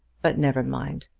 but never mind.